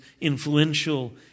influential